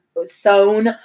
sewn